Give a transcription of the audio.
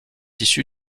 issu